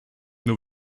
nur